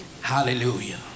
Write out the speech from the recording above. hallelujah